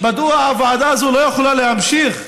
מדוע הוועדה הזאת לא יכולה להמשיך?